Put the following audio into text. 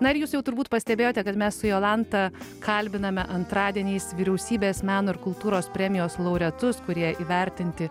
na ir jūs jau turbūt pastebėjote kad mes su jolanta kalbiname antradieniais vyriausybės meno ir kultūros premijos laureatus kurie įvertinti